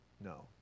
No